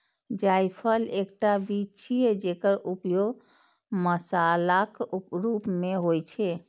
जायफल एकटा बीज छियै, जेकर उपयोग मसालाक रूप मे होइ छै